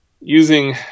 using